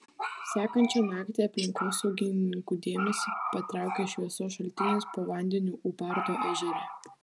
sekančią naktį aplinkosaugininkų dėmesį patraukė šviesos šaltinis po vandeniu ūparto ežere